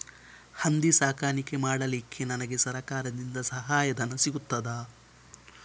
ಹಂದಿ ಸಾಕಾಣಿಕೆ ಮಾಡಲಿಕ್ಕೆ ನನಗೆ ಸರಕಾರದಿಂದ ಸಹಾಯಧನ ಸಿಗುತ್ತದಾ?